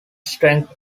strength